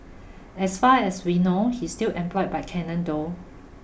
as far as we know he's still employed by Canon though